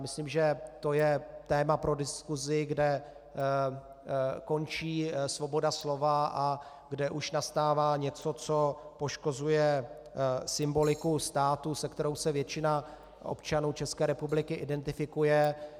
Myslím, že to je téma pro diskusi, kde končí svoboda slova a kde už nastává něco, co poškozuje symboliku státu, se kterou se většina občanů České republiky identifikuje.